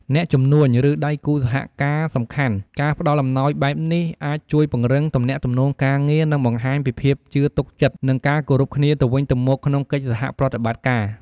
អ្នកជំនួញ ឬដៃគូសហការសំខាន់ការផ្តល់អំណោយបែបនេះអាចជួយពង្រឹង ទំនាក់ទំនងការងារ និងបង្ហាញពីភាពជឿទុកចិត្ត និងការគោរពគ្នាទៅវិញទៅមកក្នុងកិច្ចសហប្រតិបត្តិការ។